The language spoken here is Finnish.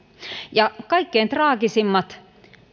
ja kaikkein traagisimmat